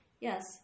Yes